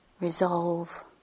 resolve